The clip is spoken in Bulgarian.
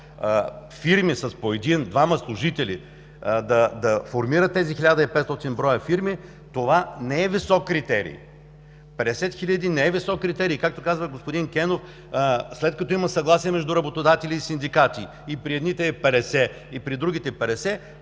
фирми с по един-двама служители да формират тези 1500 броя фирми. Това не е висок критерий – 50 000 не е висок критерий. Както казва господин Кенов, след като има съгласие между работодатели и синдикати – и при едните е 50, и при другите – 50,